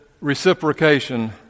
reciprocation